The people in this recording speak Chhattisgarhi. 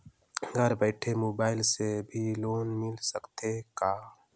घर बइठे मोबाईल से भी लोन मिल सकथे का?